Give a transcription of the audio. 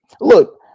Look